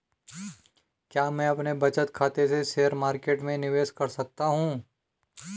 क्या मैं अपने बचत खाते से शेयर मार्केट में निवेश कर सकता हूँ?